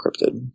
encrypted